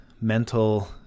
mental